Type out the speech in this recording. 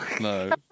no